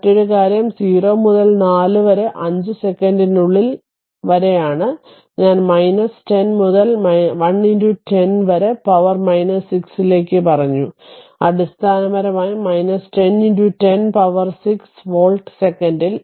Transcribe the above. മറ്റൊരു കാര്യം 0 മുതൽ 4 മുതൽ 5 സെക്കൻഡിനുള്ളിൽ വരെയാണ് ഞാൻ 10 മുതൽ 1 10 വരെ പവർ 6 ലേക്ക് പറഞ്ഞു അടിസ്ഥാനപരമായി 10 10 പവർ 6 വോൾട്ട് സെക്കന്റിൽ